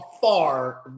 far